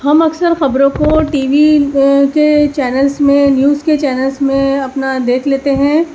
ہم اکثر خبروں کو ٹی وی کے چینلس میں نیوز کے چینلس میں اپنا دیکھ لیتے ہیں